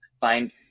find